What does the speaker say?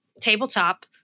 tabletop